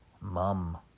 Mum